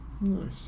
nice